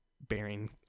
bearing